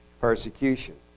persecution